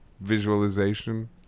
Visualization